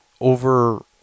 over